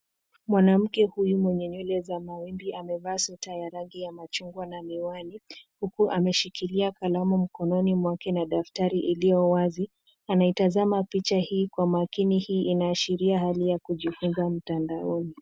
Mwanamke huyu mwenye nywele za mawimbi amevaa sweta ya rangi ya machungwa na miwani, huku ameshilia kalamu mkononi mwake na daftari iliyowazi. Anaitazama picha hii kwa makini, hii inaashiria hali ya kujifunza mtandaoni.